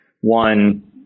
one